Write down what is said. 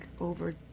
over